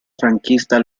franquista